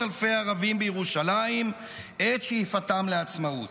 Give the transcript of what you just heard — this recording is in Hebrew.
אלפי ערבים בירושלים את שאיפתם לעצמאות.